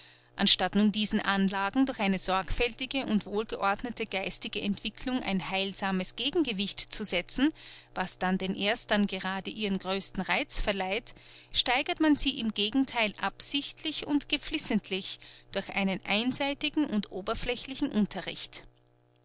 anstatt nun diesen anlagen durch eine sorgfältige und wohlgeordnete geistige entwicklung ein heilsames gegengewicht zu setzen was dann den ersteren grade ihren größten reiz verleiht steigert man sie im gegentheil absichtlich und geflissentlich durch einen einseitigen und oberflächlichen unterricht